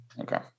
Okay